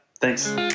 thanks